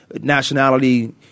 nationality